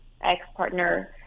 ex-partner